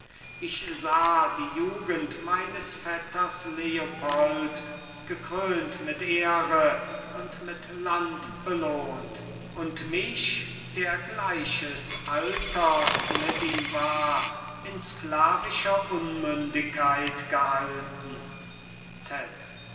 ich sah die jugend meines vetters leopold gekrönt mit ehre und mit land belohnt und mich der gleiches alters mit ihm war in sklavischer unmündigkeit gehalten